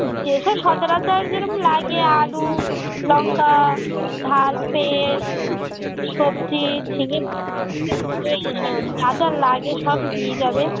যেসব সচরাচর যেরম লাগে আলু লঙ্কা ঝাল তেল সবজি ঝিঙে পটল উচ্ছে মূলো এই সব যা যা লাগে সব উঠিয়ে যাবে